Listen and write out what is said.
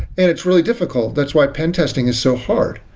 and it's really difficult. that's why pen testing is so hard.